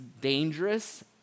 dangerous